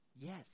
yes